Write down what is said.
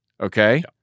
Okay